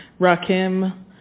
Rakim